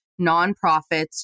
nonprofits